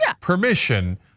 permission